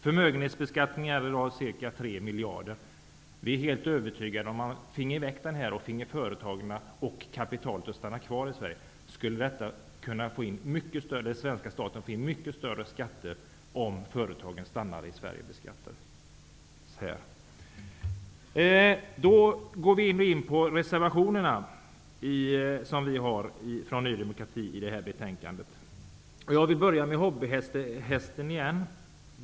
Förmögenhetsbeskattningen ger i dag ca 3 miljarder, och vi är helt övertygade om att svenska staten skulle kunna få in mycket mera skatter om den togs bort och företagen och kapitalet stannade kvar i Sverige. Jag går nu in på reservationerna från Ny demokrati till detta betänkande. Jag vill börja med att ta upp hobbyhästen.